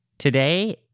Today